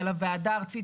על הוועדה הארצית,